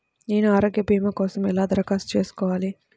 నేను ఆరోగ్య భీమా కోసం ఎలా దరఖాస్తు చేసుకోవాలి?